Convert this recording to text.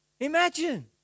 Imagine